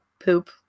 Poop